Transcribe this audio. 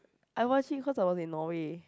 I watch him cause I was in Norway